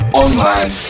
online